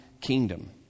kingdom